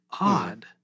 odd